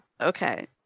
okay